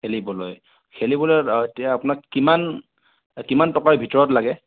খেলিবলৈ খেলিবলৈ এতিয়া আপোনাক কিমান কিমান টকাৰ ভিতৰত লাগে